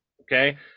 Okay